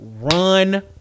Run